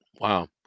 Wow